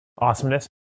Awesomeness